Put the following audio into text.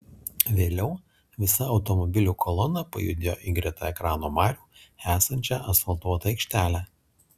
vėliau visa automobilių kolona pajudėjo į greta ekrano marių esančią asfaltuotą aikštelę